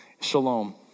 shalom